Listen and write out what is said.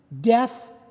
death